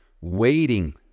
Waiting